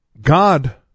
God